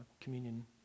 communion